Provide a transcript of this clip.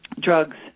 drugs